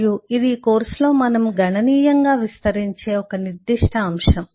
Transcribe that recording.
మరియు ఇది ఈ కోర్సులో మనము గణనీయంగా విస్తరించే ఒక నిర్దిష్ట అంశం